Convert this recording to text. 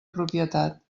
propietat